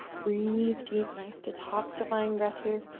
breathe deep. nice detoxifying breath here.